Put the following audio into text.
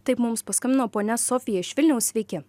taip mums paskambino ponia sofija iš vilniaus sveiki